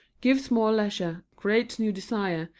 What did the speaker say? gives more leisure, creates new desires,